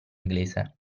inglese